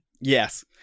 Yes